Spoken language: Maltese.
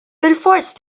bilfors